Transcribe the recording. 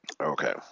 Okay